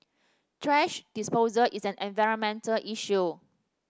thrash disposal is an environmental issue